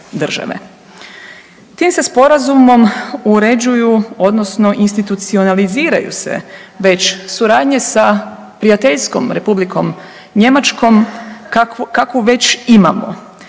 Tim se Sporazumom uređuju, odnosno institucionaliziraju se već suradnje sa prijateljskom Republikom Njemačkom kakvu već imamo.